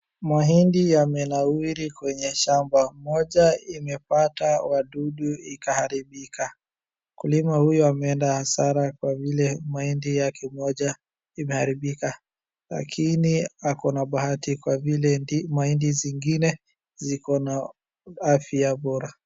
mahindi yamenawiri kwenye shamba ,moja imepata wadudu ikaharibika mkulima huyu ameenda hasara kwa vile mahindi moja imeharibika lakini akona bahati kwa vile mahindi zingine zikona afya bora